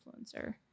influencer